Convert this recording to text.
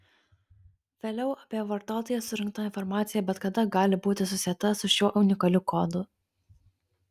vėliau apie vartotoją surinkta informacija bet kada gali būti susieta su šiuo unikaliu kodu